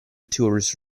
tourist